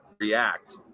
react